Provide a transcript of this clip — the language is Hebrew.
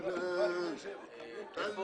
ירים את ידו.